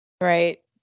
Right